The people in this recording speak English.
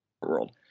world